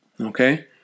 okay